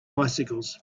bicycles